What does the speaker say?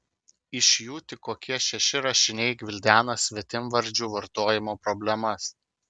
iš jų tik kokie šeši rašiniai gvildena svetimvardžių vartojimo problemas